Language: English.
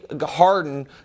Harden